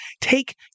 take